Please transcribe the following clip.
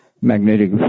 magnetic